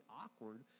awkward